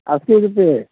अस्सी रुपैए